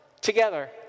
together